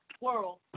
world